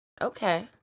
Okay